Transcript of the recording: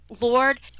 Lord